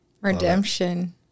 redemption